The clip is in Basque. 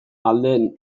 alde